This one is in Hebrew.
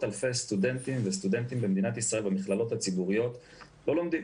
אלפי סטודנטים וסטודנטיות במדינת ישראל במכללות הציבוריות לא לומדים